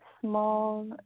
small